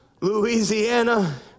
Louisiana